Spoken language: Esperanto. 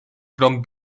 krom